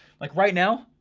like right now,